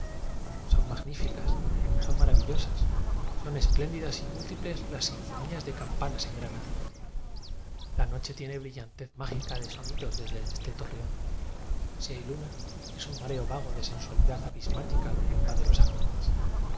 son magníficas son maravillosas son espléndidas y múltiples las sinfonías de campanas en granada la noche tiene brillantez mágica de soni dos desde este torreón si hay luna es un mareo vago de sensualidad abismática lo que invade los acordes